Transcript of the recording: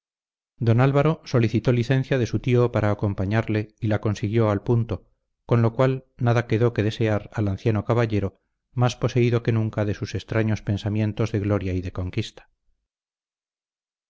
don álvaro solicitó licencia de su tío para acompañarle y la consiguió al punto con lo cual nada quedó que desear al anciano caballero más poseído que nunca de sus extraños pensamientos de gloria y de conquista